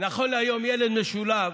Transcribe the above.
נכון להיום ילד משולב,